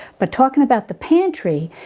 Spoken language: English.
but talking about the pantry,